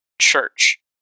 church